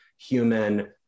human